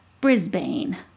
Brisbane